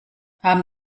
haben